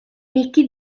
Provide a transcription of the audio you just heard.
ricchi